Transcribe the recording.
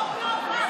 החוק לא עבר.